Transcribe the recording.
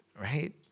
right